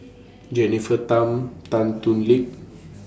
Jennifer Tham Tan Thoon Lip